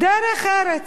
"דרך ארץ".